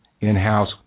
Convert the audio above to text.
in-house